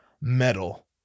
metal